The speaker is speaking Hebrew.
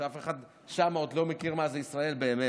שאף אחד שם עוד לא מכיר מה זה ישראל באמת?